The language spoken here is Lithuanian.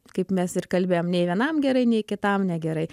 kaip mes ir kalbėjom nei vienam gerai nei kitam negerai